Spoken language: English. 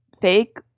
fake